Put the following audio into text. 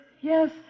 yes